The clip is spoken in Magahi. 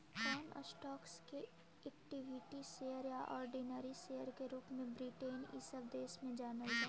कौन स्टॉक्स के इक्विटी शेयर या ऑर्डिनरी शेयर के रूप में ब्रिटेन इ सब देश में जानल जा हई